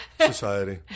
Society